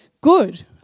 good